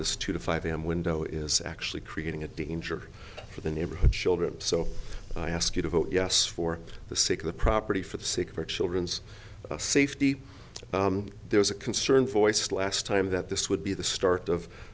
this two to five am window is actually creating a danger for the neighborhood children so i ask you to vote yes for the sake of the property for the secret children's safety there is a concern for ice last time that this would be the start of